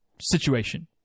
situation